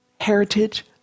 heritage